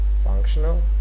functional